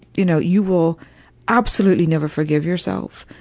you know, you will absolutely never forgive yourself,